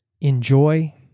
enjoy